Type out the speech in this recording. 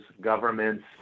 governments